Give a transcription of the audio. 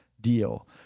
deal